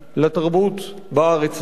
לתרבות בארץ הזאת.